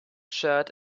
shirt